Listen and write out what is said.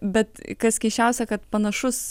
bet kas keisčiausia kad panašus